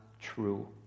true